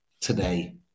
today